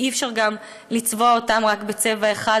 כי אי-אפשר לצבוע אותן רק בצבע אחד,